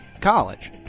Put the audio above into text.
college